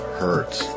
hurts